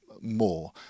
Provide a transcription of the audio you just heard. more